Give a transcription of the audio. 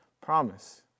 promise